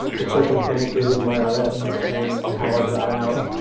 the circumstances of my arrest and how i got out